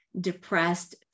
depressed